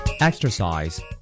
Exercise